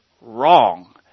wrong